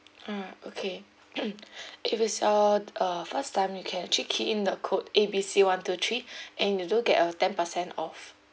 mm okay if it's your uh first time you can actually key in the code A B C one two three and you do get a ten percent off